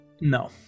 no